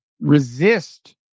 resist